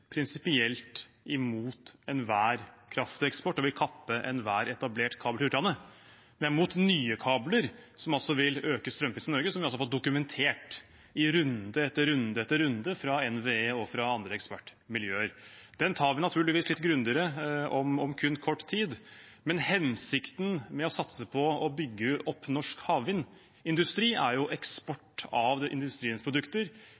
imot nye kabler, som vil øke strømprisen i Norge, som vi altså har fått dokumentert – i runde etter runde etter runde – fra NVE og andre ekspertmiljøer. Den debatten tar vi naturligvis litt grundigere om kun kort tid. Men hensikten med å satse på og bygge opp norsk havvindindustri er eksport av industriens produkter